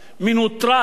מנוטרל.